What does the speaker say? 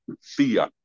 fear